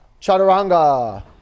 Chaturanga